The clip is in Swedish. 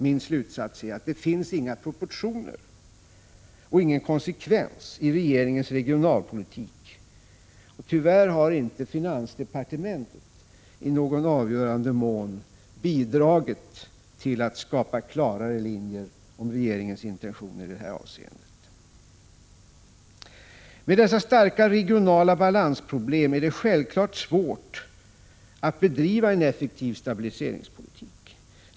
Min slutsats är att det inte finns några proportioner och ingen konsekvens i regeringens regionalpolitik. Tyvärr har inte finansdepartementet i någon avgörande mån bidragit till att skapa klarare linjer om regeringens intentioner i detta avseende. Med dessa starka regionala balansproblem är det självfallet svårt att bedriva en effektiv stabiliseringspolitik.